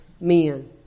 men